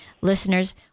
Listeners